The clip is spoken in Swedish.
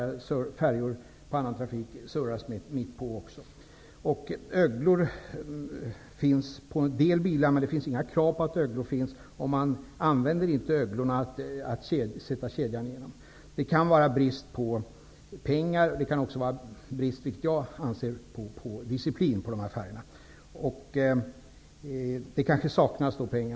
På färjor i annan trafik surras de också mitt på. Öglor finns på en del bilar, men det finns inget krav på att öglor skall finnas, och man sätter inte kedjorna genom öglorna. Det kan vara brist på pengar, men även, vilket jag anser, brist på disciplin på dessa färjor.